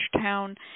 town